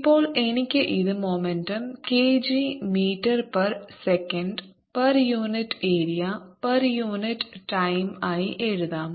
ഇപ്പോൾ എനിക്ക് ഇത് momentum kg metre per second per unit area per unit time ആയി എഴുതാം